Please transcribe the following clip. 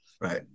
right